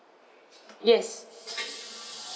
yes